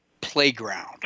playground